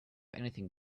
anything